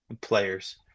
players